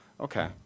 Okay